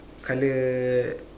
colour